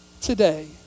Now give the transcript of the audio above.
today